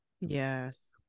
yes